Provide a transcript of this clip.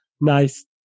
nice